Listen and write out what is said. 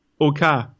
OK